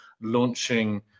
launching